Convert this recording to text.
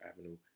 Avenue